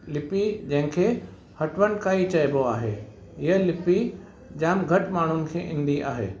लिपि जंहिं खे हटवनि का ई चएबो आहे इहा लिपि जाम घटि माण्हुनि खे ईंदी आहे